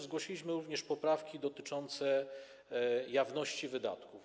Zgłosiliśmy również poprawki dotyczące jawności wydatków.